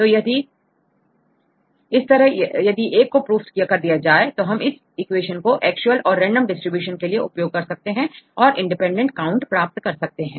तो इस तरह यदि एक को प्रूफ कर दिया जाए तो हम इस इक्वेशन को एक्चुअल और रेंडम डिस्ट्रीब्यूशन के लिए उपयोग कर सकते हैं और इंडिपेंडेंट काउंट प्राप्त कर सकते हैं